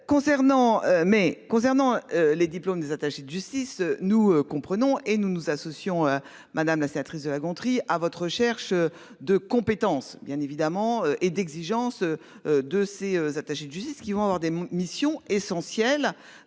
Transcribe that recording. mais concernant les diplômes des attachés de justice. Nous comprenons et nous nous associons madame la sénatrice de La Gontrie à votre recherche de compétences bien évidemment et d'exigence. De ses attachés du qui vont avoir des missions essentielles